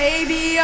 Baby